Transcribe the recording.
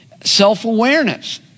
self-awareness